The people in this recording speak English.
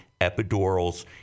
epidurals